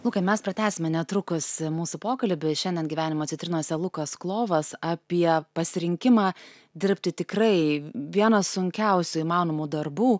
lukai mes pratęsime netrukus mūsų pokalbį šiandien gyvenimo citrinose lukas klovas apie pasirinkimą dirbti tikrai vieną sunkiausių įmanomų darbų